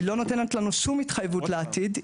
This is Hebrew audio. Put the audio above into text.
היא לא נותנת לנו שום התחייבות לעתיד.